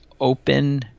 open